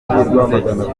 ikibanza